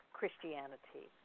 Christianity